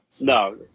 No